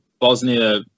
Bosnia